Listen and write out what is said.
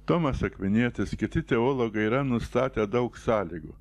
tomas akvinietis kiti teologai yra nustatę daug sąlygų